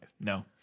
No